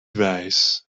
wijs